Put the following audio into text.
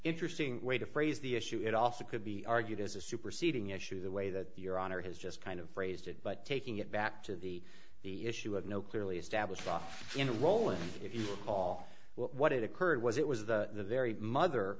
interesting way to phrase the issue it also could be argued as a superseding issue the way that your honor has just kind of phrased it but taking it back to the the issue of no clearly established rock n roll and if you recall what it occurred was it was the very mother